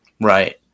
Right